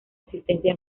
existencia